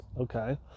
Okay